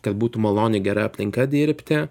kad būtų maloni gera aplinka dirbti